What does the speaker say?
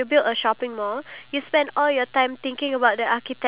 okay if you have three wishes what would you wish for